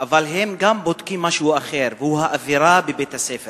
אבל הם גם בודקים משהו אחר והוא האווירה בבית-הספר,